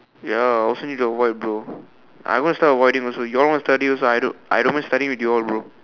ya also need to avoid bro I'm going to start avoiding also you all want to study also I don't I don't mind studying with y'all bro